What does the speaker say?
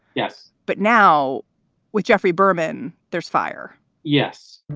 yes. but now with jeffrey berman, there's fire yes